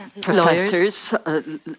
professors